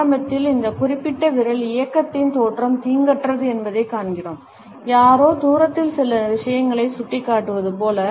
ஆரம்பத்தில் இந்த குறிப்பிட்ட விரல் இயக்கத்தின் தோற்றம் தீங்கற்றது என்பதைக் காண்கிறோம் யாரோ தூரத்தில் சில விஷயங்களை சுட்டிக்காட்டுவது போல